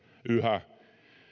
yhä